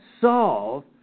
Solve